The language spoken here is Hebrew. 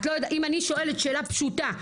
אם אני שואלת שאלה פשוטה,